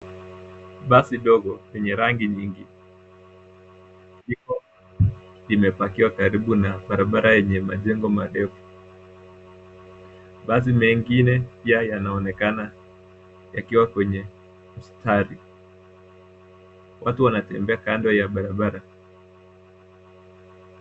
Basi dogo lenye rangi nyingi, lipo limepakiwa karibu na barabara yenye majengo marefu. Mabasi mengine pia yanaonekana yakiwa kwenye mstari. Watu wanatembea kando ya barabara.